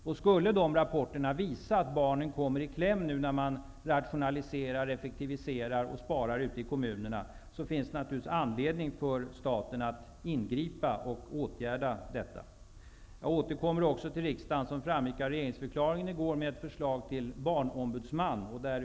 Om dessa rapporter visar att barnen kommer i kläm när man nu rationaliserar, effektiviserar och sparar ute i kommunerna, finns det naturligtvis anledning för staten att ingripa och åtgärda detta. Som framgick av regeringsförklaringen i går återkommer jag också till riksdagen med ett förslag till barnombudsman.